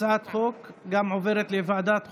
גם הצעת החוק הזאת עוברת לוועדת החוקה,